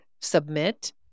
submit